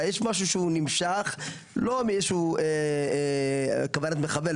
אלא יש משהו שהוא נמשך לא מאיזשהו כוונת מכוון,